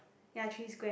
ya three square